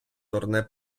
дурне